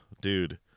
dude